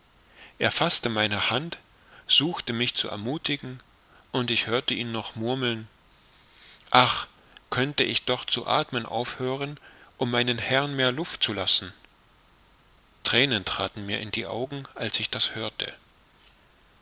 er faßte meine hand suchte mich zu ermuthigen und ich hörte ihn noch murmeln ach könnte ich doch zu athmen aufhören um meinem herrn mehr luft zu lassen thränen traten mir in die augen als ich das hörte